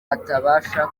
atabasha